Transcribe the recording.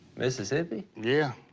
mississippi? yeah.